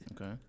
Okay